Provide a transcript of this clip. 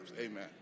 Amen